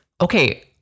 okay